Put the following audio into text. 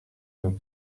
nous